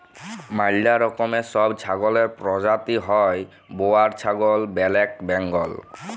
ম্যালা রকমের ছব ছাগলের পরজাতি হ্যয় বোয়ার ছাগল, ব্যালেক বেঙ্গল